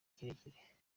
kirekire